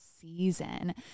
season